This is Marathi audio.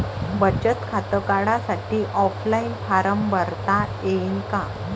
बचत खातं काढासाठी ऑफलाईन फारम भरता येईन का?